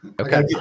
Okay